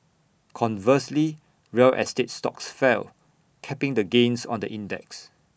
conversely real estate stocks fell capping the gains on the index